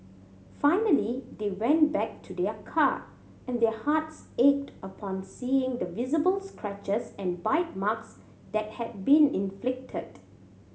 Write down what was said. finally they went back to their car and their hearts ached upon seeing the visible scratches and bite marks that had been inflicted